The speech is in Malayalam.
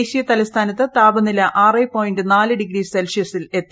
ദേശീയ തലസ്ഥാനത്ത് താപനില ഡിഗ്രി സെൽഷ്യസിലെത്തി